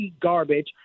garbage